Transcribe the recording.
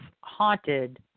haunted –